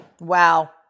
Wow